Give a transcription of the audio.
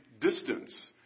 distance